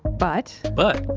but, but?